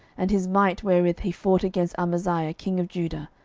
and his might wherewith he fought against amaziah king of judah,